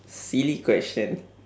silly question